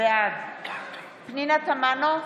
בעד פנינה תמנו,